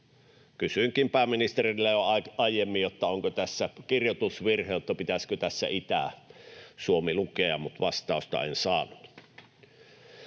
Kysyinkin pääministeriltä jo aiemmin, onko tässä kirjoitusvirhe, pitäisikö tässä lukea Itä-Suomi, mutta vastausta en saanut.